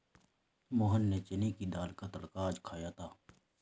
मोहन ने चने की दाल का तड़का आज खाया था